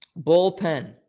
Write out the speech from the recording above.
Bullpen